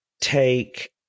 take